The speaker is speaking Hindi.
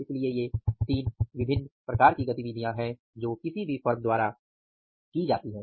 इसलिए ये 3 अलग अलग प्रकार की गतिविधियाँ हैं जो किसी भी फर्म द्वारा की जाती हैं